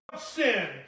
sin